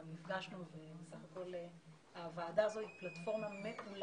גם נפגשנו והוועדה הזאת היא פלטפורמה מעולה